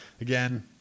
again